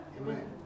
Amen